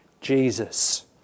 Jesus